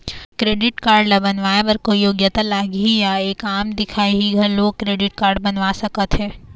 Credit card ला बनवाए बर कोई योग्यता लगही या एक आम दिखाही घलो क्रेडिट कारड बनवा सका थे?